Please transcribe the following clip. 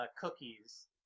cookies